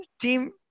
Team